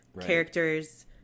characters